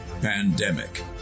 Pandemic